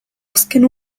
azken